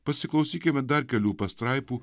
pasiklausykime dar kelių pastraipų